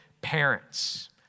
parents